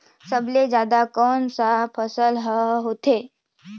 सबले जल्दी कोन सा फसल ह होथे?